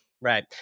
right